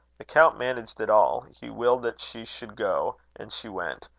the count managed it all. he willed that she should go, and she went.